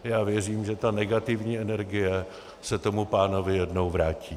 Já věřím, že ta negativní energie se tomu pánovi jednou vrátí.